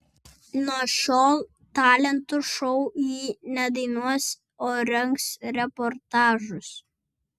nuo šiol talentų šou ji nedainuos o rengs reportažus